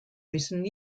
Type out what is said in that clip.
recent